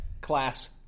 class